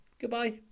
Goodbye